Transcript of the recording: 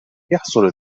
يحصل